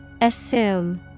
Assume